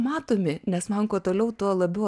matomi nes man kuo toliau tuo labiau